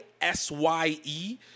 S-Y-E